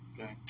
Okay